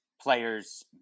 player's